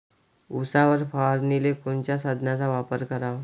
उसावर फवारनीले कोनच्या साधनाचा वापर कराव?